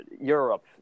Europe